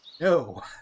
No